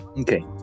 okay